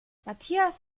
matthias